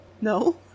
no